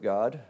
God